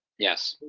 yes.